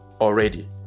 already